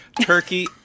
Turkey